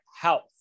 health